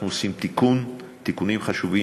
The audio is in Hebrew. אנחנו עושים תיקונים חשובים,